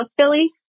Philly